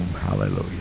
Hallelujah